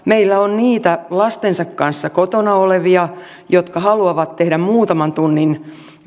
meillä on niitä lastensa kanssa kotona olevia jotka haluavat tehdä muutaman tunnin